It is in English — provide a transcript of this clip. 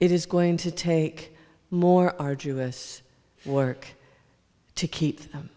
it is going to take more arduous work to keep